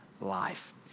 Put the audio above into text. life